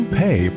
pay